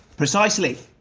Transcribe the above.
precisely.